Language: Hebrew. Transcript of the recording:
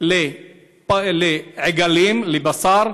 לעגלים לבשר,